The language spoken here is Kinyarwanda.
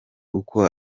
uko